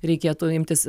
reikėtų imtis